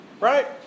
Right